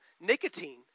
nicotine